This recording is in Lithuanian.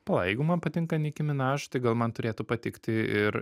pala jeigu man patinka niki minaš tai gal man turėtų patikti ir